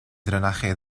drenaje